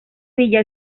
villa